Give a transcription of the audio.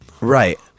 Right